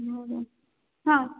हो हो हां